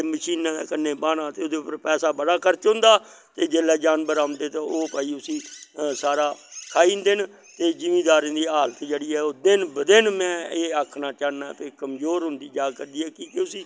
ते मशीनै दे कन्नै बाह्ना ते ओह्दे पर पैसा बड़ा खर्च होंदा ते जेल्लै जानबर औंदे ते ओ भाई उसी सारा खाई जंदे न ते जिमिदारें दी हाल्त जेह्ड़ी ऐ दिन व दिन नैं एह् आखना चाह्न्ना कि कमज़ोर होंदी जा करदी ऐ की के उसी